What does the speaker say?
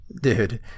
dude